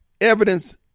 Evidence